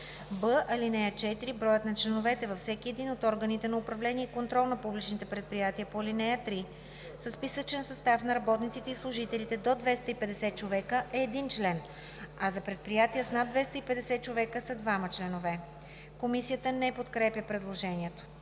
б) „(4) Броят на членовете във всеки един от органите на управление и контрол на публичните предприятия по ал. 3 със списъчен състав на работниците и служителите до 250 човека е 1 член, а за предприятия с над 250 човека са 2-ма членове“.“ Комисията не подкрепя предложението.